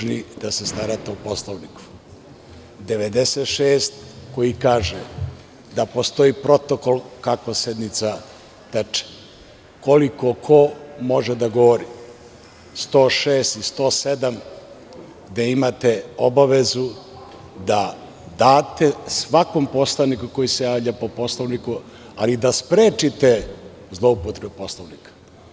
Reklamiram član 27. koji kaže da ste dužni da se starate o Poslovniku, 96. koji kaže da postoji protokol kako sednica teče, koliko ko može da govori, 106. i 107. da imate obavezu da date svakom poslaniku koji se javlja po Poslovniku, ali da sprečite zloupotrebu poslovnika.